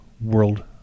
world